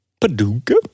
Paducah